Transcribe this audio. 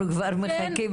בהחלט.